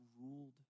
ruled